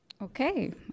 Okay